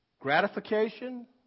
gratification